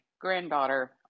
granddaughter